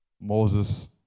Moses